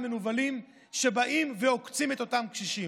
מנוולים שבאים ועוקצים את אותם קשישים.